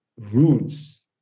roots